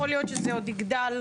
יכול להיות שזה עוד יגדל?